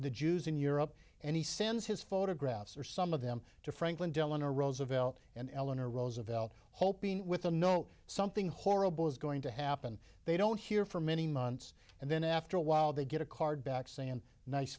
the jews in europe and he sends his photographs or some of them to franklin delano roosevelt and eleanor roosevelt hoping with the know something horrible is going to happen they don't hear for many months and then after a while they get a card back saying nice